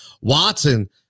Watson